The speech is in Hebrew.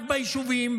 רק ביישובים,